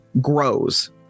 grows